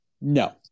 no